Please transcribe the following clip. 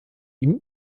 ihm